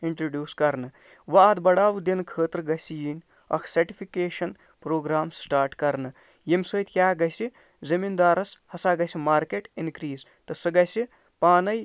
introduce کرنہٕ وۄنۍ اَتھ بَڑھاوٕ دِنہٕ خٲطرٕ گژھہِ یِنۍ اکھ سٔرٹِفِکیشَن پرٛوگرام سِٹارٹ کرنہٕ ییٚمہِ سۭتۍ کیٛاہ گژھہِ زٔمیٖندارَس ہسا گژھہِ مارکیٚٹ اِنکریٖز تہٕ سُہ گژھہِ پانٔے